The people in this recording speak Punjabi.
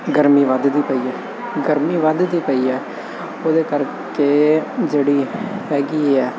ਗਰਮੀ ਵੱਧਦੀ ਪਈ ਹੈ ਗਰਮੀ ਵੱਧਦੀ ਪਈ ਹੈ ਉਹਦੇ ਕਰਕੇ ਜਿਹੜੀ ਹੈਗੀ ਹੈ